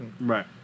Right